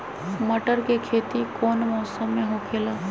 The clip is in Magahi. मटर के खेती कौन मौसम में होखेला?